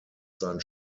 sein